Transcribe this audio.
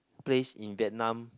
place in vietnam